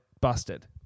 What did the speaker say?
Busted